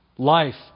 Life